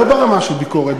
לא ברמה של ביקורת,